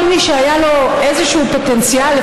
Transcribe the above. כל מי שהיה לו איזשהו פוטנציאל,